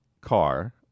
car